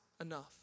enough